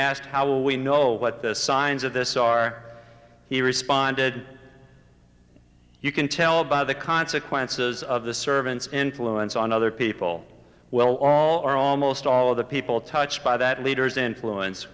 asked how we know what the signs of this are he responded you can tell by the consequences of the servants influence on other people well all or almost all of the people touched by that leader's influence